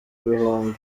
bihumbi